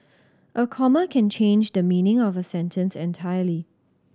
a comma can change the meaning of a sentence entirely